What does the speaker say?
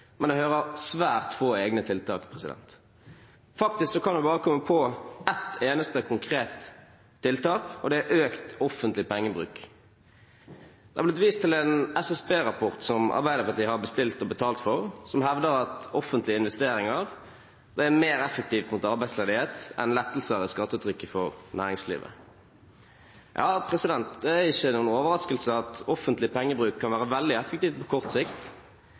men jeg hører om svært få egne tiltak – faktisk kan jeg bare komme på ett eneste konkret tiltak, og det er økt offentlig pengebruk. Det har blitt vist til en SSB-rapport som Arbeiderpartiet har bestilt og betalt for, som hevder at offentlige investeringer er mer effektivt mot arbeidsledighet enn lettelser i skattetrykket for næringslivet. Ja, det er ikke noen overraskelse at offentlig pengebruk kan være veldig effektivt på kort sikt,